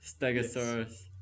Stegosaurus